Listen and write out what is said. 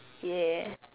yeah